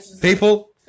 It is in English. people